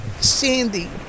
Sandy